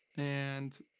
and